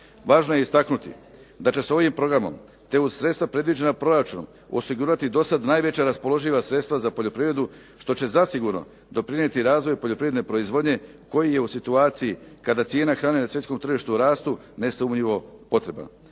Važno je istaknuti da će se ovim programom, te uz sredstva predviđena proračunom osigurati do sada najveća raspoloživa sredstva za poljoprivredu što će zasigurno doprinijeti razvoju poljoprivredne proizvodnje koji je u situaciji kada cijena hrane na svjetskom tržištu rastu nesumnjivo potreban.